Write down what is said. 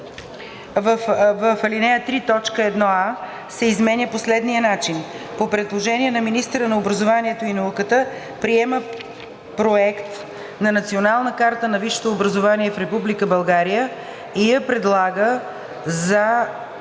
В ал. 3 т. 1а се изменя по следния начин: „1а. по предложение на министъра на образованието и науката приема проект на Национална карта на висшето образование в Република България и я предлага за